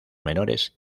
menores